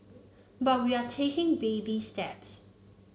but we are taking baby steps